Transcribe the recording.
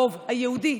הרוב היהודי.